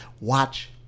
watch